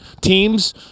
Teams